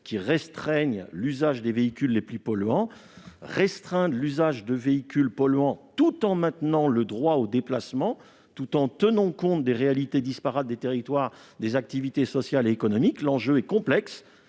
qui restreignent l'usage des véhicules les plus polluants. Restreindre l'usage de véhicules polluants tout en maintenant le droit au déplacement et en tenant compte des réalités disparates des territoires, des activités sociales et économiques : l'enjeu est complexe.